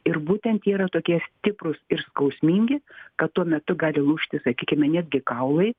ir būtent yra tokie stiprūs ir skausmingi kad tuo metu gali lūžti sakykime netgi kaulai